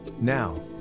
Now